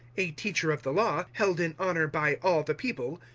a teacher of the law, held in honour by all the people,